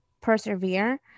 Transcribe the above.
persevere